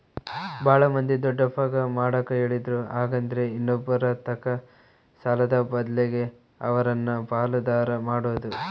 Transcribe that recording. ಬಾಳ ಮಂದಿ ದೊಡ್ಡಪ್ಪಗ ಮಾಡಕ ಹೇಳಿದ್ರು ಹಾಗೆಂದ್ರ ಇನ್ನೊಬ್ಬರತಕ ಸಾಲದ ಬದ್ಲಗೆ ಅವರನ್ನ ಪಾಲುದಾರ ಮಾಡೊದು